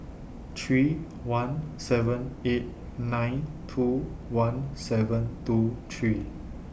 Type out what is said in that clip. three one seven eight nine two one seven two three